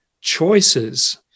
choices